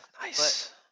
Nice